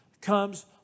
comes